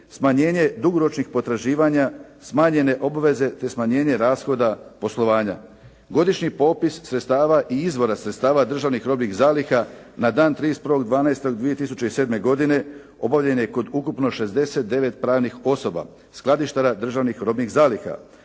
smanjenje dugoročnih potraživanja, smanjene obveze, te smanjenje rashoda poslovanja, godišnji popis sredstava i izvora sredstava državnih robnih zaliha na dan 31. 12. 2007. godine obavljeno je kod ukupno 69 pravnih osoba, skladištara državnih robnih zaliha.